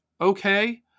okay